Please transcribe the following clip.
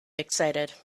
excited